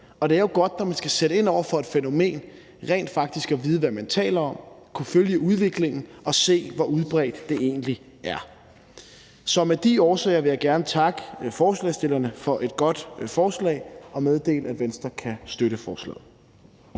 Og det er jo godt, når man skal sætte ind over for et fænomen, rent faktisk at vide, hvad man taler om, at kunne følge udviklingen og at kunne se, hvor udbredt det egentlig er. Så af de årsager vil jeg gerne takke forslagsstillerne for et godt forslag og meddele, at Venstre kan støtte forslaget.